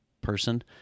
person